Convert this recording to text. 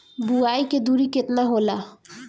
बुआई के दुरी केतना होला?